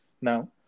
now